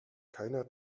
keiner